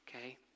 okay